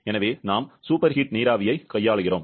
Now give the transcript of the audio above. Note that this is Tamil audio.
எனவே நாம் சூப்பர் ஹீட் நீராவியைக் கையாளுகிறோம்